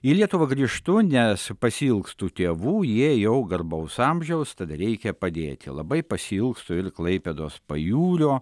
į lietuvą grįžtu nes pasiilgstu tėvų jie jau garbaus amžiaus tad reikia padėti labai pasiilgstu ir klaipėdos pajūrio